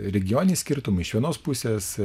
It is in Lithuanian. regioniniai skirtumai iš vienos pusės